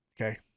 Okay